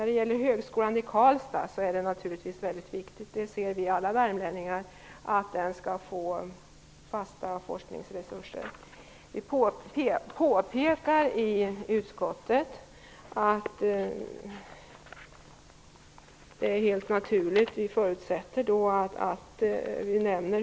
Det är naturligtvis väldigt viktigt -- det anser vi alla värmlänningar -- att högskolan i Karlstad får fasta forskningsresurser. Vi i utskottet påpekar att detta vore helt naturligt.